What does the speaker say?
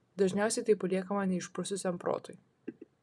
dažniausiai tai paliekama neišprususiam protui